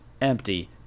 empty